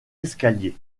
escaliers